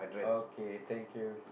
okay thank you